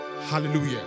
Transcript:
hallelujah